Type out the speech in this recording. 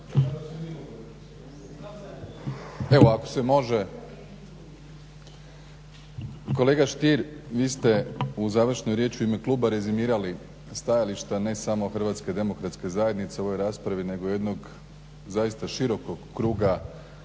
evo ako se može? Kolega Stier vi ste u završnoj riječi u ime kluba rezimirali stajališta ne samo HDZ u ovoj raspravi nego jednog zaista širokog kruga